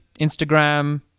Instagram